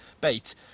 bait